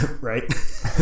right